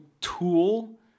tool